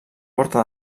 porta